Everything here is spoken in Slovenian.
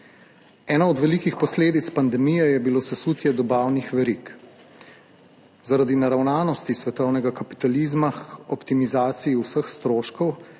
Ena od velikih posledic pandemije je bilo sesutje dobavnih verig. Zaradi naravnanosti svetovnega kapitalizma k optimizaciji vseh stroškov,